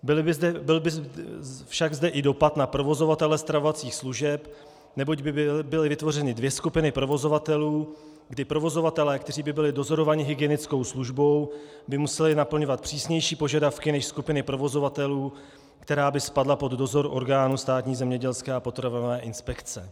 Byl by zde však i dopad na provozovatele stravovacích služeb, neboť by byly vytvořeny dvě skupiny provozovatelů, kdy provozovatelé, kteří by byli dozorovaní hygienickou službou, by museli naplňovat přísnější požadavky než skupiny provozovatelů, která by spadla pod dozor orgánů Státní zemědělské a potravinové inspekce.